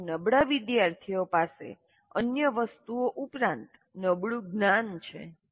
પરંતુ નબળા વિદ્યાર્થીઓ પાસે અન્ય વસ્તુઓ ઉપરાંત નબળુ જ્ઞાન છે